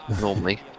normally